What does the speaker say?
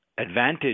advantage